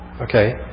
Okay